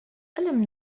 ألم